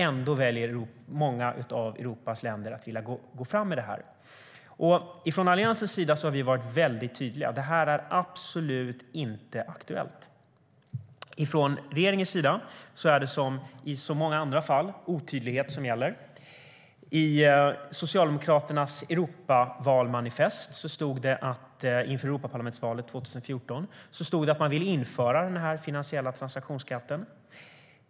Ändå väljer många av Europas länder att gå fram med det här. Från Alliansens sida har vi varit tydliga: Det här är absolut inte aktuellt. Från regeringens sida är det som i så många andra fall otydlighet som gäller. I Socialdemokraternas Europavalmanifest inför valet till Europaparlamentet 2014 stod att man ville införa denna finansiella transaktionsskatt.